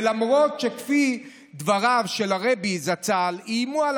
ולמרות דבריו של הרבי זצ"ל איימו על